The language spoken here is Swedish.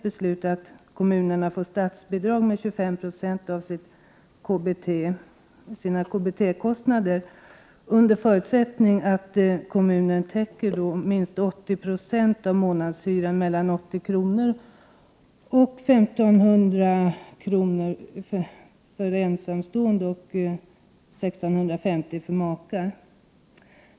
Beslutet att kommunerna får 25 96 av sina KBT-kostnader i statsbidrag fattades ganska nyligen. En förutsättning är att kommunen täcker minst 80 20 av den del av månadshyran som överstiger 80 kr. men inte 1 500 kr. för ensamstående och 1 650 kr. för makar.